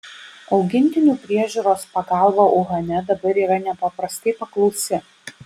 augintinių priežiūros pagalba uhane dabar yra nepaprastai paklausi